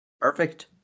Perfect